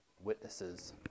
witnesses